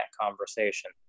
conversation